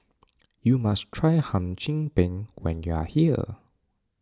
you must try Hum Chim Peng when you are here